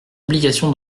obligation